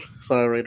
Sorry